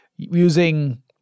using